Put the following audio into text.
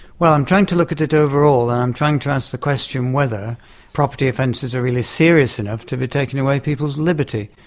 well, i'm trying to look at it overall and i'm trying to answer the question whether property offences are really serious enough to be taking away people's liberty.